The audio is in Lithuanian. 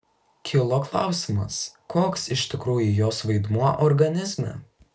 kilo klausimas koks iš tikrųjų jos vaidmuo organizme